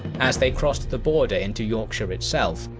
as they crossed the border into yorkshire itself,